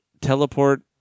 teleport